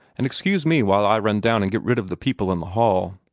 and excuse me while i run down and get rid of the people in the hall.